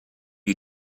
you